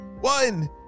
one